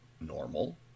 normal